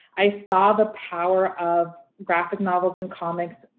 i saw the power of graphic novels and comics,